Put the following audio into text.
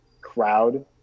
crowd